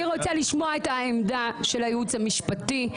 אני רוצה לשמוע את העמדה של הייעוץ המשפטי,